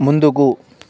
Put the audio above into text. ముందుకు